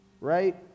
right